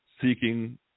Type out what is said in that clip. seeking